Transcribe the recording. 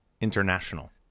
International